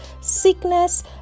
sickness